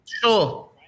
Sure